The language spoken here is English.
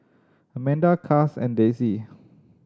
Amanda Cas and Desi